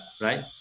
right